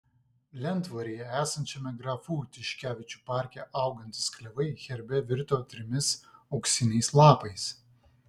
lentvaryje esančiame grafų tiškevičių parke augantys klevai herbe virto trimis auksiniais lapais